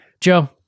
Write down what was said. Joe